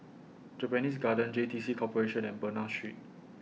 Japanese Garden J T C Corporation and Bernam Street